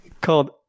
Called